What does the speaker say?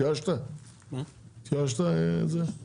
אני